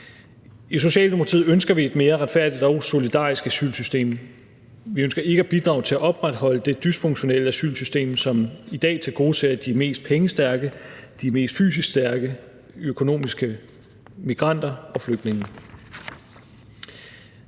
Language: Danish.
I Socialdemokratiet ønsker vi et mere retfærdigt og solidarisk asylsystem. Vi ønsker ikke at bidrage til at opretholde det dysfunktionelle asylsystem, som i dag tilgodeser de mest pengestærke, de mest fysisk stærke økonomiske migranter og flygtninge.